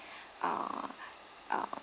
uh uh